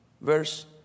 Verse